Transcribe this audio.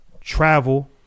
travel